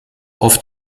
oft